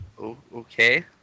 Okay